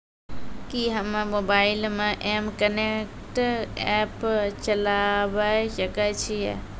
कि हम्मे मोबाइल मे एम कनेक्ट एप्प चलाबय सकै छियै?